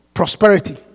prosperity